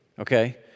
Okay